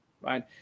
right